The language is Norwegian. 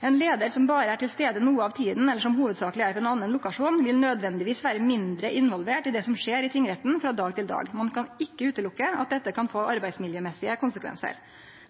leder som bare er til stede noe av tiden eller som hovedsakelig er på en annen lokasjon, vil nødvendigvis være mindre involvert i det som skjer i tingretten fra dag til dag. Man kan ikke utelukke at dette kan få arbeidsmiljømessige konsekvenser.